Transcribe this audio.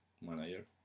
manager